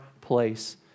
place